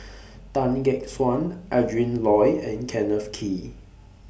Tan Gek Suan Adrin Loi and Kenneth Kee